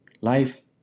Life